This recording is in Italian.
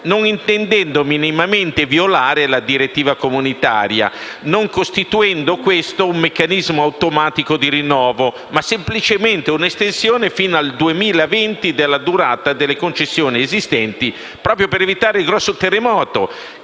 non intendendo minimamente violare la direttiva comunitaria, non costituendo questo un meccanismo automatico di rinnovo, ma semplicemente un'estensione fino al 2020 della durata delle concessioni esistenti proprio per evitare il grosso terremoto